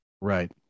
right